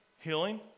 healing